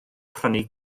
prynu